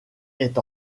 est